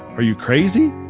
are you crazy?